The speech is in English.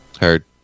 Heard